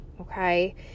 Okay